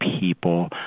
people